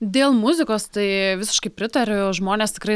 dėl muzikos tai visiškai pritariu žmonės tikrai